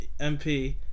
MP